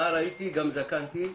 נער הייתי וגם זקנתי,